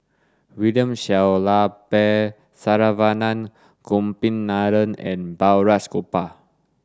William Shellabear Saravanan Gopinathan and Balraj Gopal